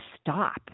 stop